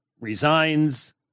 resigns